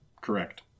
Correct